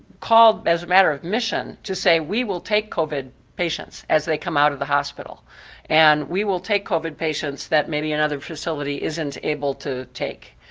called, as a matter of mission to say we will take covid patients as they come out of the hospital and we will take covid patients that maybe another facility isn't able to take.